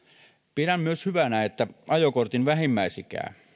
pidän myös hyvänä että ajokortin vähimmäisikää